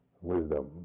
wisdom